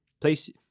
place